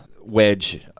wedge